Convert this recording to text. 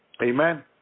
Amen